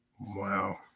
Wow